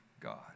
God